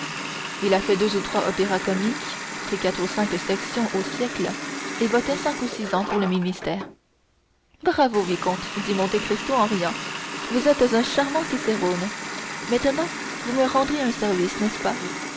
il a fait deux ou trois opéras comiques pris quatre ou cinq actions au siècle et voté cinq ou six ans pour le ministère bravo vicomte dit monte cristo en riant vous êtes un charmant cicérone maintenant vous me rendrez un service n'est-ce pas